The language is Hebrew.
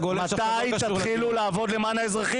מתי תתחילו לעבוד למען האזרחים?